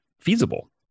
feasible